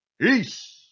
peace